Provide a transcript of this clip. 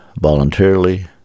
voluntarily